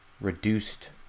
reduced